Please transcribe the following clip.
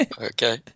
Okay